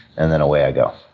and then away i go.